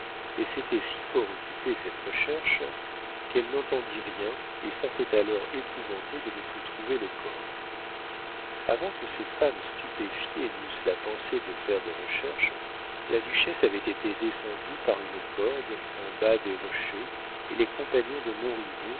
et s'était si fort occupée à cette recherche qu'elle n'entendit rien et sortait alors épouvantée de ne plus trouver le corps avant que ces femmes stupéfiées n'eussent la pensée de faire des recherches la duchesse avait été descendue par une corde en bas des rochers et les compagnons de